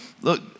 Look